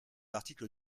l’article